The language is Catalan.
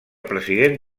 president